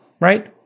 right